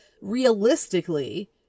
realistically